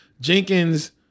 Jenkins